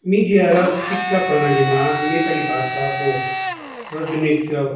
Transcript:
media र शिक्षा प्रणालीमा नेपाली भाषाको प्रतिनिधित्व